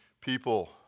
people